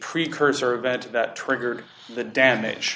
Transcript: precursor event that triggered the damage